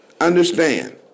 Understand